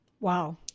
wow